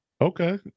Okay